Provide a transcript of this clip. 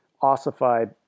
ossified